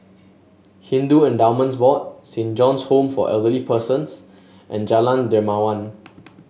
Hindu Endowments Board Saint John's Home for Elderly Persons and Jalan Dermawan